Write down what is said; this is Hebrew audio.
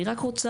אני רק רוצה,